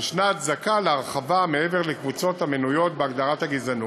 יש הצדקה להרחבה מעבר לקבוצות המנויות בהגדרת הגזענות,